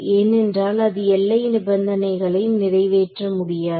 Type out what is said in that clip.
ஏனென்றால் அது எல்லை நிபந்தனைகளை நிறைவேற்ற முடியாது